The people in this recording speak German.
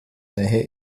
nähe